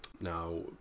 Now